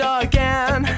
again